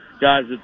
guys